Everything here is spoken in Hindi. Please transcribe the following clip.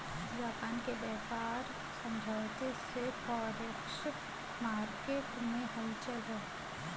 जापान के व्यापार समझौते से फॉरेक्स मार्केट में हलचल है